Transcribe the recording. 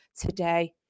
today